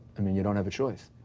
i mean, you don't have a choice.